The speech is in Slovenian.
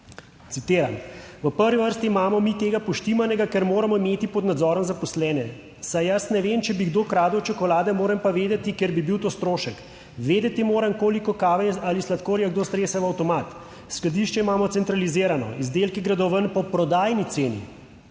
citiram: V prvi vrsti imamo mi tega poštimanega, ker moramo imeti pod nadzorom zaposlene, saj jaz ne vem, če bi kdo kradel čokolade. Moram pa vedeti, ker bi bil to strošek, vedeti moram, koliko kave ali sladkorja kdo strese v avtomat, skladišče imamo centralizirano, izdelki gredo ven po prodajni ceni,